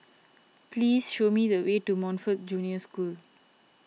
please show me the way to Montfort Junior School